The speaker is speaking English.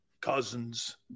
Cousins